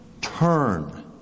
turn